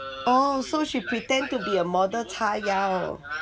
oh so she pretend to be a model 叉腰